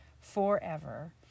forever